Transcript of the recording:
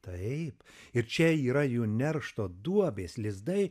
taip ir čia yra jų neršto duobės lizdai